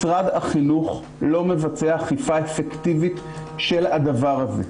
משרד החינוך לא מבצע אכיפה אפקטיבית של הדבר הזה.